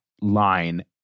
line